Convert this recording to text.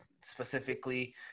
specifically